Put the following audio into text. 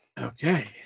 Okay